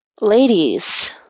Ladies